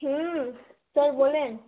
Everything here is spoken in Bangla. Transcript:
হুম স্যার বলেন